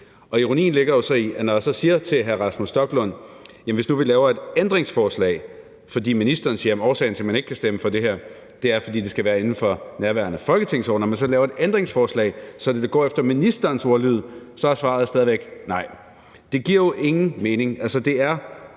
ironien ligger jo i, at når jeg så siger til hr. Rasmus Stoklund, at vi kunne lave et ændringsforslag – for ministeren siger, at årsagen til, at man ikke kan stemme for det her, er, at det skal være inden for nærværende folketingsår – så det går efter ministerens ordlyd, er svaret stadig væk nej. Det giver jo ingen mening.